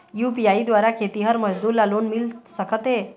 UPI द्वारा खेतीहर मजदूर ला लोन मिल सकथे?